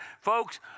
folks